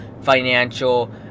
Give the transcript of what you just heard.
financial